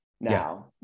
now